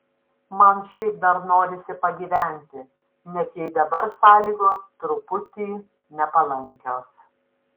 man šiaip dar norisi pagyventi net jei dabar sąlygos truputį nepalankios